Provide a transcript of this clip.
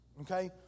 okay